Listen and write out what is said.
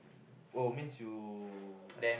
oh means you